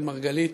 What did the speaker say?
אראל מרגלית.